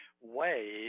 ways